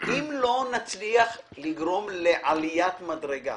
אם לא נצליח לגרום לעליית מדרגה